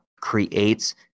creates